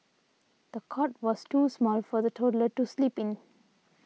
the cot was too small for the toddler to sleep in